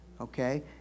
okay